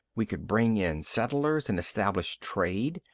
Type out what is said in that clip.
we could bring in settlers and establish trade.